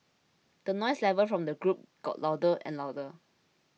the noise level from the group got louder and louder